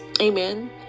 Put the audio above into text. amen